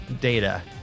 data